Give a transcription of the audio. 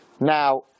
Now